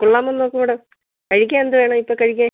കൊള്ളാമോന്ന് നോക്ക് മാഡം കഴിക്കാൻ എന്ത് വേണം ഇപ്പം കഴിക്കാൻ